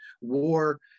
War